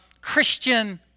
Christian